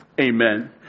amen